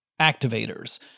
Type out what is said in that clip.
activators